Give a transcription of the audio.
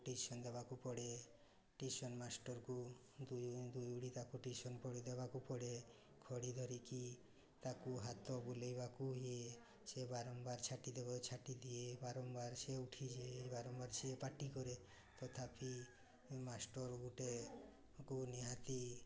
tuition ଦେବାକୁ ପଡ଼େ tuition ମାଷ୍ଟରକୁ ଦୁଇ ଦୁଇ ଓଳି ତାକୁ ଟ୍ୟୁସନ୍ ପଢ଼ାଇ ଦେବାକୁ ପଡ଼େ ଖଡ଼ି ଧରିକି ତାକୁ ହାତ ବୁଲାଇବାକୁ ହୁଏ ସେ ବାରମ୍ବାର ଛାଟି ଦେବେ ଛାଟି ଦିଏ ବାରମ୍ବାର ସେ ଉଠି ବାରମ୍ବାର ସେ ପାଟି କରେ ତଥାପି ମାଷ୍ଟର ଗୋଟେ କେଉଁ ନିହାତି